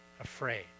afraid